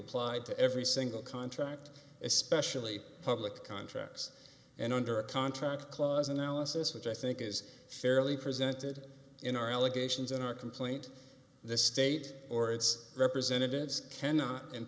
applied to every single contract especially public contracts and under a contract clause analysis which i think is fairly presented in our allegations in our complaint this state or its representatives cannot